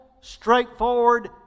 straightforward